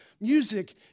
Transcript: Music